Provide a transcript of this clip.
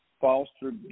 foster